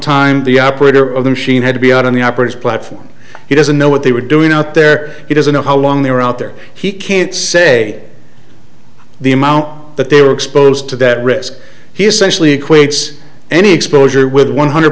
time the operator of the machine had to be out on the operating platform he doesn't know what they were doing out there he doesn't know how long they were out there he can't say the amount that they were exposed to that risk he essentially equates any exposure with one hundred